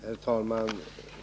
Herr talman!